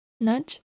nudge